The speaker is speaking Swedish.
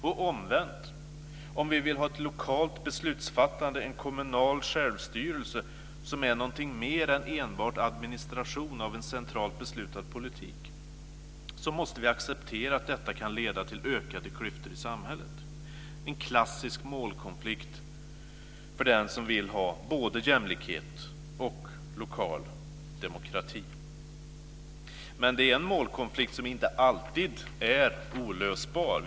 Och omvänt: Om vi vill ha ett lokalt beslutsfattande, en kommunal självstyrelse som är någonting mer än enbart administration av en centralt beslutad politik, måste vi acceptera att detta kan leda till ökade klyftor i samhället. En klassisk målkonflikt för den som vill ha både jämlikhet och lokal demokrati. Men det är en målkonflikt som inte alltid är olösbar.